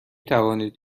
توانید